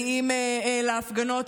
מגיעים להפגנות,